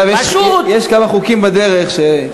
יש כמה חוקים בדרך שתוכל,